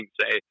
say